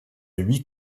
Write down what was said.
huit